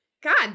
God